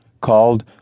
Called